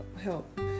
help